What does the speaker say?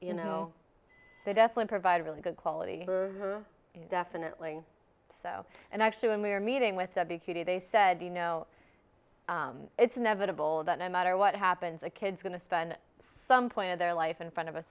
you know they definitely provide really good quality definitely so and actually when we were meeting with the big city they said you know it's inevitable that no matter what happens a kid's going to spend some point of their life in front of a